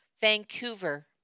Vancouver